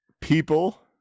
people